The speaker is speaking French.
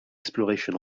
exploration